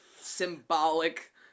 symbolic